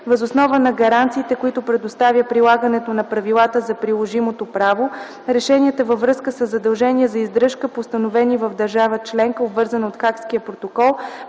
Въз основа на гаранциите, които предоставя прилагането на правилата за приложимото право, решенията във връзка със задължения за издръжка, постановени в държава-членка, обвързана от Хагския протокол,